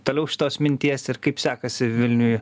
toliau šitos minties ir kaip sekasi vilniui